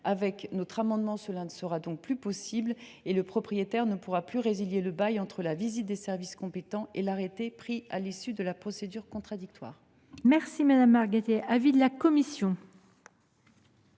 Avec notre amendement, cela ne sera donc plus possible, puisque le propriétaire ne pourra plus résilier le bail entre la visite des services compétents et l’arrêté pris à l’issue de la procédure contradictoire. Quel est l’avis de la commission